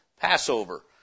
Passover